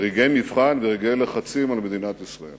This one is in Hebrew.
ברגעי מבחן וברגעי לחצים על מדינת ישראל,